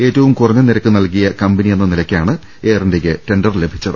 ഏറ്റവും കുറഞ്ഞ നിരക്ക് നൽകിയ കമ്പനിയെന്ന നിലയിലാണ് എയർ ഇന്ത്യക്ക് ടെണ്ടർ ലഭിച്ചത്